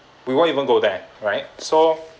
we won't even go there right so